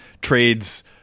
trades